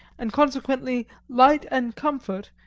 and consequently light and comfort,